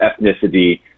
ethnicity